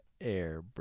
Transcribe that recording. air